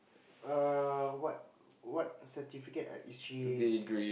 err what what certificate is she